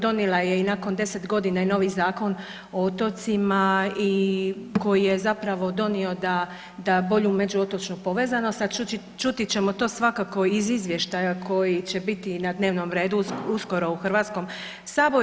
Donijela je i nakon deset godina i novi Zakon o otocima koji je zapravo donio bolju među otočnu povezanost, a čuti ćemo to svakako iz izvještaja koji će biti na dnevnom redu uskoro u Hrvatskom saboru.